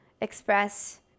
express